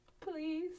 Please